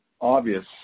obvious